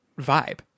vibe